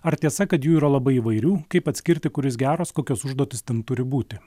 ar tiesa kad jų yra labai įvairių kaip atskirti kuris geros kokios užduotys tam turi būti